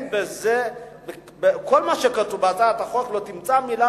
כל מה שכתוב בהצעת החוק לא תמצא מלה